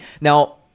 Now